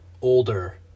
older